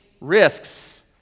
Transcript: risks